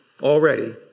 Already